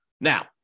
Now